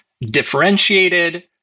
differentiated